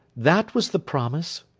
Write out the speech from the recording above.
that was the promise.